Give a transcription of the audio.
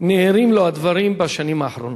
נהירים לו הדברים בשנים האחרונות.